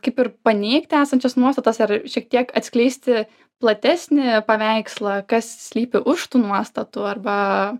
kaip ir paneigti esančias nuostatas ar šiek tiek atskleisti platesnį paveikslą kas slypi už tų nuostatų arba